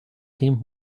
him